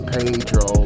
Pedro